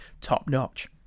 top-notch